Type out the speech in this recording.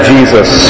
Jesus